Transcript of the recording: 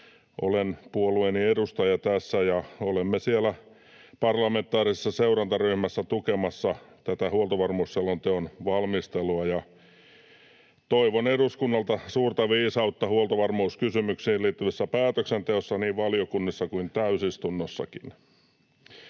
Olen puolueeni edustaja tässä, ja olemme siellä parlamentaarisessa seurantaryhmässä tukemassa tätä huoltovarmuusselonteon valmistelua. Toivon eduskunnalta suurta viisautta huoltovarmuuskysymyksiin liittyvässä päätöksenteossa niin valiokunnissa kuin täysistunnossakin.